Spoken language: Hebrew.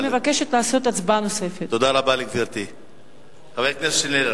חבר הכנסת שנלר,